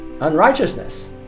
unrighteousness